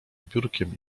biurkiem